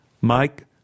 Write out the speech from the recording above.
Mike